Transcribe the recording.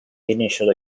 initial